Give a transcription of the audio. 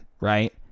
right